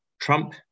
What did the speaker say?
Trump